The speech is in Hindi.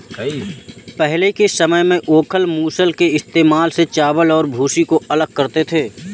पहले के समय में ओखल और मूसल के इस्तेमाल से चावल और भूसी को अलग करते थे